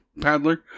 paddler